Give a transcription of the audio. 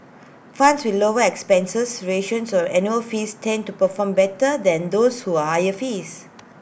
funds with lower expense ratios or annual fees tend to perform better than those are higher fees